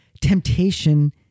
temptation